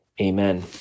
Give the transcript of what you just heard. Amen